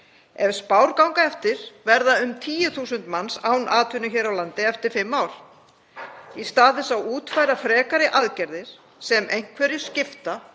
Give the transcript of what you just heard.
Ef spár ganga eftir verða um 10.000 manns án atvinnu hér á landi eftir fimm ár. Í stað þess að útfæra frekari aðgerðir sem einhverju skipta